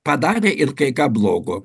padarė ir kai ką blogo